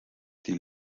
die